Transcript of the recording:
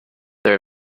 their